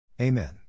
Amen